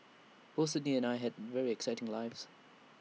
both Sydney and I had very exciting lives